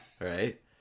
right